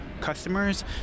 customers